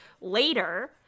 later